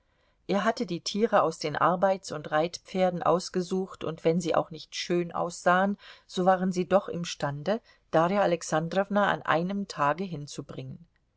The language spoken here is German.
er hatte die tiere aus den arbeits und reitpferden ausgesucht und wenn sie auch nicht schön aussahen so waren sie doch imstande darja alexandrowna an einem tage hinzubringen